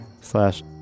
slash